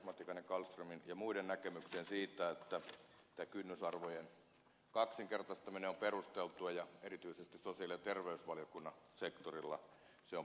matikainen kallströmin ja muiden näkemyksiin siitä että kynnysarvojen kaksinkertaistaminen on perusteltua ja erityisesti sosiaali ja terveysvaliokunnan sektorilla se on perusteltua